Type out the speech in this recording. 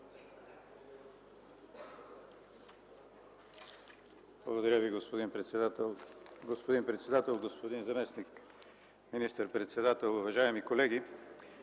Благодаря Ви, госпожо председател. Господин заместник министър-председател, уважаеми колеги,